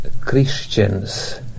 Christians